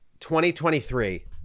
2023